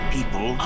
People